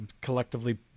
collectively